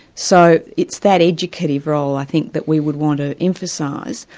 so it's that educative role i think that we would want to emphasise,